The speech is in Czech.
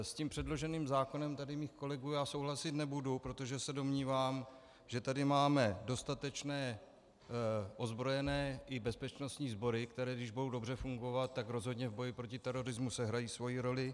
S tím předloženým zákonem svých kolegů já souhlasit nebudu, protože se domnívám, že tady máme dostatečné ozbrojené i bezpečnostní sbory, které když budou dobře fungovat, tak rozhodně v boji proti terorismu sehrají svoji roli.